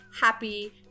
happy